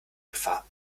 gefahr